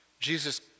Jesus